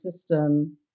system